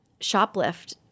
shoplift